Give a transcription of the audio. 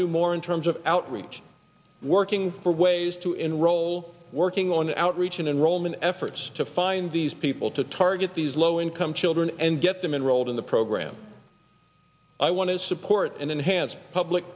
do more in terms of outreach working for ways to enroll working on the outreach and enrollment efforts to find these people to target these low income children and get them enrolled in the program i want to support and enhance public